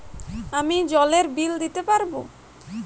আমি জলের বিল দিতে পারবো?